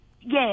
Yes